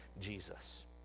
Jesus